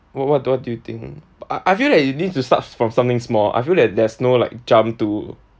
what what what do you think I I feel that you need to start from something small I feel that there's no like jump to